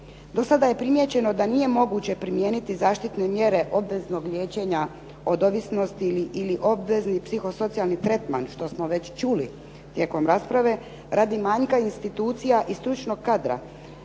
Do sada je primijećeno da nije moguće primijeniti zaštitne mjere obveznog liječenja od ovisnosti ili obvezni psihosocijalni tretman što smo već čuli tijekom rasprave, radi manjka institucija i stručnog kadra.